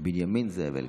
בנימין זאב אלקין,